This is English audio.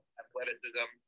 athleticism